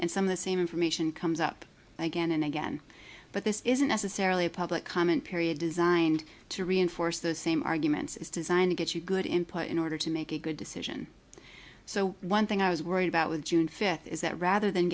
and some of the same information comes up again and again but this isn't necessarily a public comment period designed to reinforce the same arguments is designed to get you good input in order to make a good decision so one thing i was worried about with june fifth is that rather than